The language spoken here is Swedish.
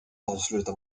avsluta